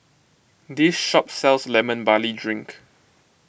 this shop sells Lemon Barley Drink